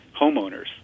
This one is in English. homeowners